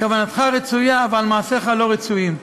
כוונתך רצויה, אבל מעשיך לא רצויים.